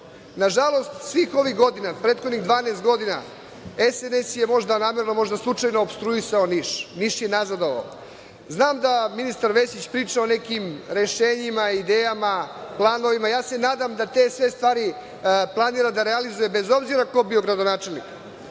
Nažalost, svih ovih godina, prethodnih 12 godina, SNS je možda namerno, možda slučajno opstruisao Niš. Niš je nazadovao. Znam da ministar Vesić priča o nekim rešenjima, idejama, planovima. Ja se nadam da te sve stvari planira da realizuje bez obzira ko bio gradonačelnik.